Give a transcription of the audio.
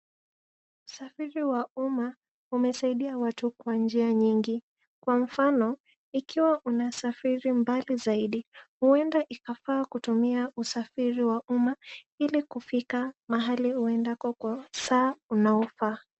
Usafiri wa umma umesaidia watu kwa njia nyingi. Kwa mfano, ikiwa unasafiri mbali zaidi huenda ikafaa kutumia usafiri wa umma ili kufika mahali uendako kwa saa unaofaa.